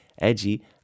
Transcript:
edgy